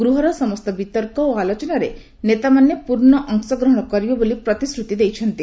ଗୃହର ସମସ୍ତ ବିତର୍କ ଓ ଆଲୋଚନାରେ ନେତାମାନେ ପୂର୍ଣ୍ଣ ଅଂଶଗ୍ରହଣ କରିବେ ବୋଲି ପ୍ରତିଶ୍ରୁତି ଦେଇଥିଲେ